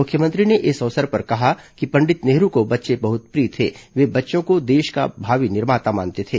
मुख्यमंत्री ने इस अवसर पर कहा कि पंडित नेहरू को बच्चे बहुत प्रिय थे वे बच्चों को देश का भावी निर्माता मानते थे